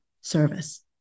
service